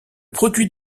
produit